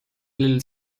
little